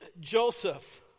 Joseph